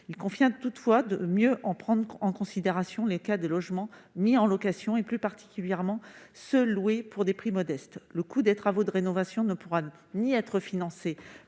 Il convient toutefois de mieux prendre en considération le cas des logements mis en location, plus particulièrement ceux qui sont loués pour un prix modeste. Le coût des travaux de rénovation ne pourra ni être financé